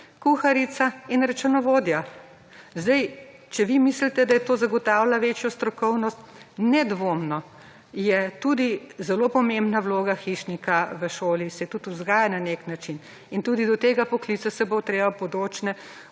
kuharica in računovodja. Zdaj, če vi mislite, da to zagotavlja večjo strokovnost… Nedvomno je tudi zelo pomembna vloga hišnika v šoli, saj tudi vzgaja na nek način, in tudi o tem poklicu se bo treba v bodoče